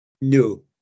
no